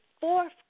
fourth